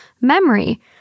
memory